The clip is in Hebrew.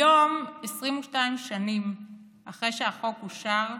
היום, 22 שנים אחרי שהחוק אושר,